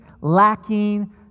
lacking